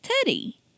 Teddy